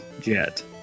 jet